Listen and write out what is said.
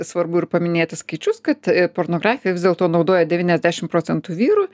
svarbu ir paminėti skaičius kad pornografiją vis dėlto naudoja devyniasdešim procentų vyrų